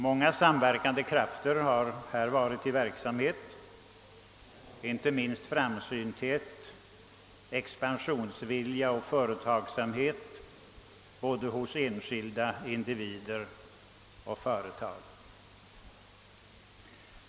Många samverkande krafter har varit i verksamhet, inte minst framsynthet, expansionsvilja och företagsamhet hos både enskilda individer och företag.